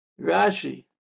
Rashi